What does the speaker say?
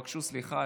תודה.